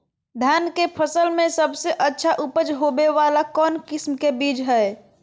धान के फसल में सबसे अच्छा उपज होबे वाला कौन किस्म के बीज हय?